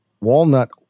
walnut